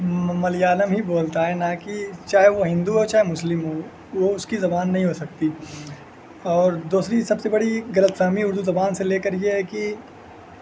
ملیالم ہی بولتا ہے نہ کہ چاہے وہ ہندو ہو چاہے مسلم ہو وہ اس کی زبان نہیں ہو سکتی اور دوسری سب سے بڑی غلط فہمی اردو زبان سے لے کر یہ ہے کہ